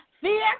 Fear